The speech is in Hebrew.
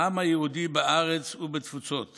העם היהודי בארץ ובתפוצות